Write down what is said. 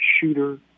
shooter